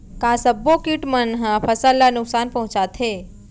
का सब्बो किट मन ह फसल ला नुकसान पहुंचाथे?